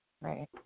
Right